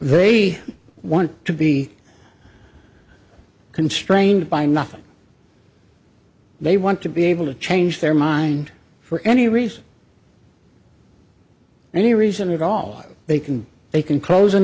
they want to be constrained by nothing they want to be able to change their mind for any reason any reason at all they can they can close an